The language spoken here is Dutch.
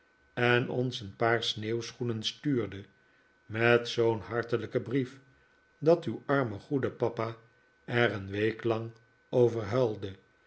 en ons een paar sneeuwschoenen stuurde met zoo'n hartelijken brief dat uw arme goede papa er een week lang over